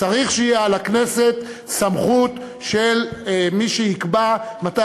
צריך שתהיה מעל הכנסת סמכות של מי שיקבע מתי